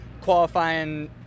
qualifying